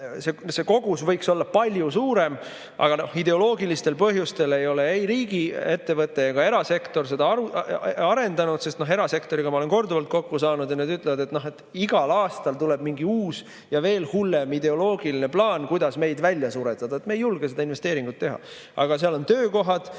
see kogus võiks olla palju suurem. Aga ideoloogilistel põhjustel pole ei riigiettevõte ega erasektor seda arendanud. Erasektoriga ma olen korduvalt kokku saanud ja nad ütlevad, et igal aastal tuleb mingi uus ja veel hullem ideoloogiline plaan, kuidas meid välja suretada. Me ei julge seda investeeringut teha. Aga seal on töökohad,